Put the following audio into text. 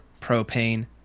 propane